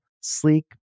sleek